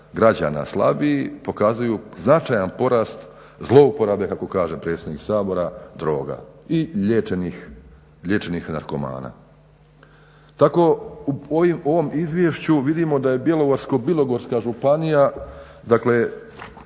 građana slabiji pokazuju značajan porast zlouporabe kako kaže predsjednik Sabora droga i liječenih narkomana. Tako u ovom Izvješću vidimo da je Bjelovarsko-bilogorska županija, dakle